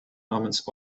namens